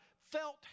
felt